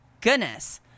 goodness